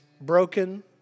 broken